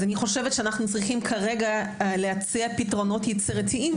אני חושבת שאנו צריכים כרגע להציע פתרונות יצירתיים.